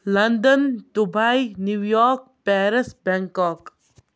London Dubai New York Paris Bangkok